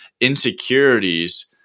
insecurities